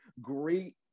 great